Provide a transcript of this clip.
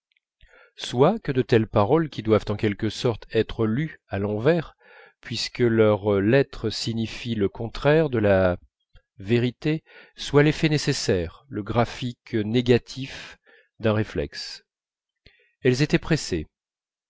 soit que de telles paroles qui doivent en quelque sorte être lues à l'envers puisque leur lettre signifie le contraire de la vérité soient l'effet nécessaire le graphique négatif d'un réflexe elles étaient pressées